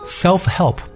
self-help